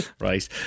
Right